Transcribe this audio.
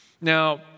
Now